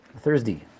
Thursday